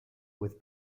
with